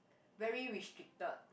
very restricted